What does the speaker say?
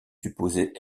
supposé